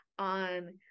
On